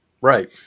Right